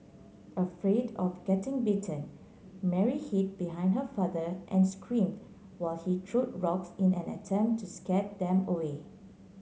afraid of getting bitten Mary hid behind her father and screamed while he threw rocks in an attempt to scare them away